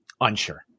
unsure